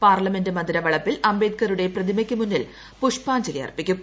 parliament മന്ദിര വളപ്പിൽ അംബേദ്കറുടെ പ്രതിമയ്ക്ക് മുന്നിൽ പുഷ്പാഞ്ജലി അർപ്പിക്കും